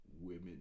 Women